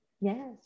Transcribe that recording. Yes